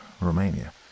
romania